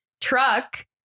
truck